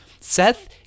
Seth